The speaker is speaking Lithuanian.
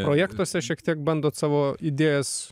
projektuose šiek tiek bandot savo idėjas